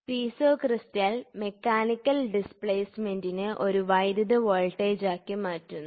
piezo crystal mechanical ഡിസ്പ്ലേസ്മെന്റിനെ ഒരു വൈദ്യുത വോൾട്ടേജാക്കി മാറ്റുന്നു